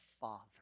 father